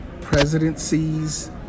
presidencies